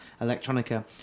electronica